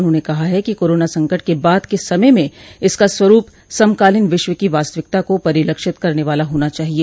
उन्होंने कहा है कि कोरोना संकट के बाद के समय में इसका स्वरूप समकालीन विश्व की वास्तविकता को परिलक्षित करने वाला होना चाहिए